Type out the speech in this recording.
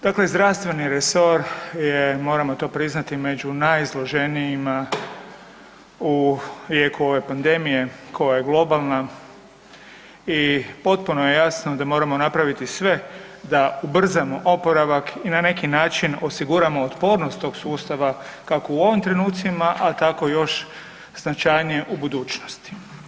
Dakle, zdravstveni resor je moramo to priznati, među najizloženijima u jeku ove pandemije koja je globalna i potpuno je jasno da moramo napraviti sve da ubrzamo oporavaka i na neki način osiguramo otpornost tog sustava, kako u ovim trenucima a tako još značajnije u budućnosti.